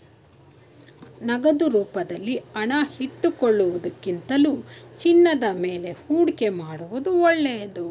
ನಗದು ರೂಪದಲ್ಲಿ ಹಣ ಇಟ್ಟುಕೊಳ್ಳುವುದಕ್ಕಿಂತಲೂ ಚಿನ್ನದ ಮೇಲೆ ಹೂಡಿಕೆ ಮಾಡುವುದು ಒಳ್ಳೆದು